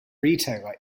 retailer